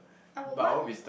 I were one